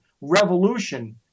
revolution